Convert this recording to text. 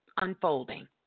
unfolding